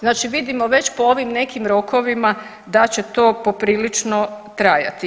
Znači vidimo već po ovim nekim rokovima da će to poprilično trajati.